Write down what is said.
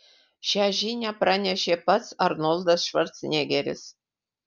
šią žinią pranešė pats arnoldas švarcnegeris